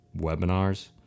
webinars